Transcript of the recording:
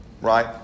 right